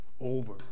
over